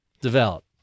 develop